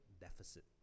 deficit